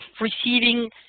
receiving